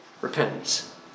repentance